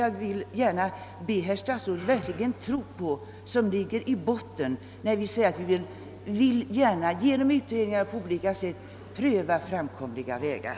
Vi vill gärna genom utredningar eller på andra sätt pröva framkomliga vägar för att därigenom nå fram till en mera tillfredsställande utfyllnad av pensionerna för den grupp medborgare det gäller.